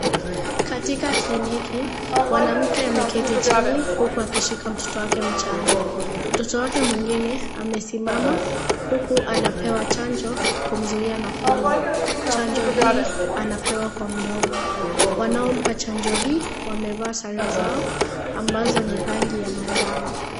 Katika kliniki ,mwanamke ameketi chini ,huku akishika mtoto wake mchanga. Mtoto wake mwingine, amesimama, huku anapewa chanjo kumzuia na polio. Chanjo hii, anapewa kwa mdomo. Wanaompa chanjo hii, wamevaa sare zao, ambazo ni rangi ya manjano.